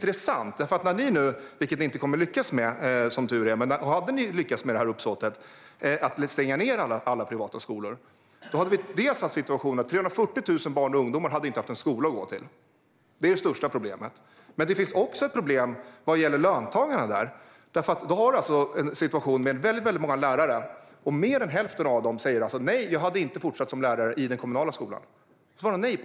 Hade ni lyckats med uppsåtet att stänga ned alla privata skolor, vilket ni som tur är inte kommer att lyckas med, hade först och främst 340 000 barn och ungdomar inte haft en skola att gå till. Vidare hade en majoritet av dessa lärare inte gått över till den kommunala skolan.